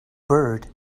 bird